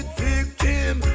victim